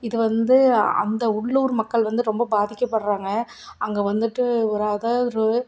இது வந்து அந்த உள்ளூர் மக்கள் வந்து ரொம்ப பாதிக்கபடுறாங்க அங்கே வந்துவிட்டு ஒரு அகரு